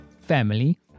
family